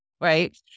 Right